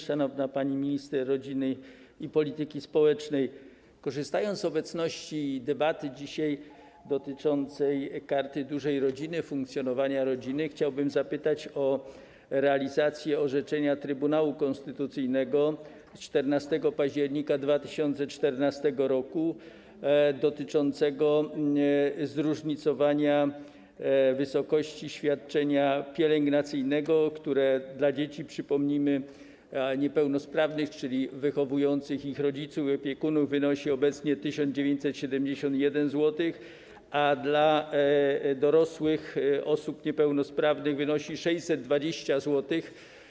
Szanowna pani minister rodziny i polityki społecznej, korzystając z toczącej się dzisiaj debaty dotyczącej Karty Dużej Rodziny, funkcjonowania rodziny, chciałbym zapytać o realizację orzeczenia Trybunału Konstytucyjnego z 14 października 2014 r. dotyczącego zróżnicowania wysokości świadczenia pielęgnacyjnego, które dla dzieci, przypomnijmy, niepełnosprawnych, czyli dla wychowujących je rodziców i opiekunów, wynosi obecnie 1971 zł, a dla dorosłych osób niepełnosprawnych wynosi 620 zł.